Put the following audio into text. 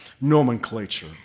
nomenclature